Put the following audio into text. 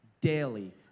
Daily